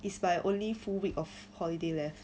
is my only full week of holiday leh